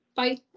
Bye